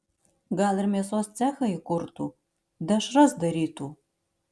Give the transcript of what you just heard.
gal ir mėsos cechą įkurtų dešras darytų